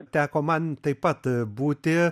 teko man taip pat būti